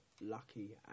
lucky